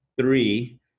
three